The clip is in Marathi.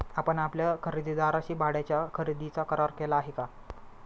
आपण आपल्या खरेदीदाराशी भाड्याच्या खरेदीचा करार केला आहे का?